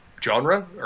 genre